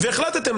והחלטתם,